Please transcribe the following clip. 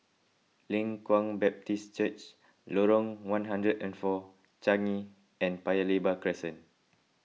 Leng Kwang Baptist Church Lorong one hundred and four Changi and Paya Lebar Crescent